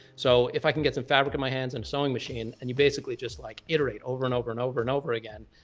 so if i can get some fabric in my hands and a sewing machine, and you basically just like iterate over and over and over and over again,